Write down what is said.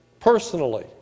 personally